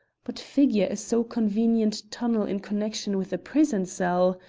but figure a so-convenient tunnel in connection with a prison cell!